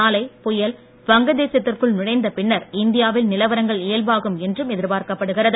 நாளை புயல் வங்கதேசத்திற்குள் நுழைந்த பின்னர் இந்தியா வில் நிலவரங்கள் இயல்பாகும் என்றும் எதிர்பார்க்கப் படுகிறது